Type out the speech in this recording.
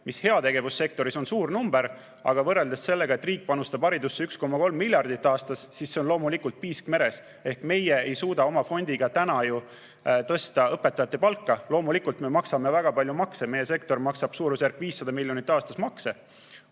mis heategevussektoris on küll suur number, aga võrreldes sellega, et riik panustab haridusse 1,3 miljardit aastas, on see loomulikult piisk meres. Meie oma fondiga ei suuda ju näiteks tõsta õpetajate palka, ehkki loomulikult me maksame väga palju makse, meie sektor maksab suurusjärgus 500 miljonit aastas makse,